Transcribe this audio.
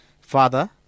Father